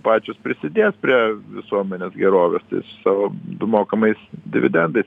pačios prisidės prie visuomenės gerovės savo du mokamais dividendais